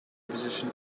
position